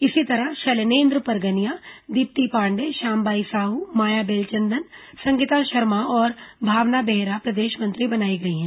इसी तरह शैलेनेंद्र परगनिया दीप्ति पांडेय श्याम बाई साह माया बेलचंदन संगीता शर्मा और भावना बेहरा प्रदेश मंत्री बनाई गई हैं